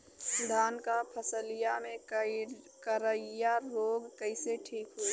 धान क फसलिया मे करईया रोग कईसे ठीक होई?